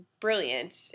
brilliant